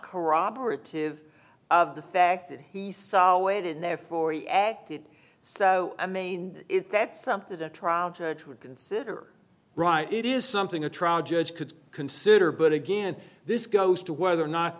corroborative of the fact that he waited therefore he acted so i mean if that's something that a trial judge would consider right it is something a trial judge could consider but again this goes to whether or not